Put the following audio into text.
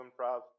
improv